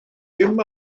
dim